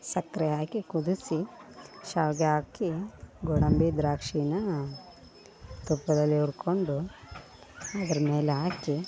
ಸಕ್ಕರೆ ಹಾಕಿ ಕುದಿಸಿ ಶಾವಿಗೆ ಹಾಕಿ ಗೋಡಂಬಿ ದ್ರಾಕ್ಷಿನ ತುಪ್ಪದಲ್ಲಿ ಹುರ್ಕೊಂಡು ಅದ್ರಮೇಲೆ ಹಾಕಿ